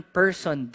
person